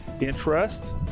interest